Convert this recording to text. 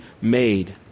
made